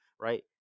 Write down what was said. right